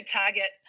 target